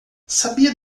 sabia